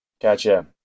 Gotcha